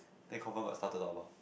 then confirm got stuff to talk about